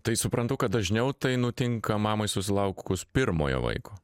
tai suprantu kad dažniau tai nutinka mamai susilaukus pirmojo vaiko